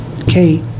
Kate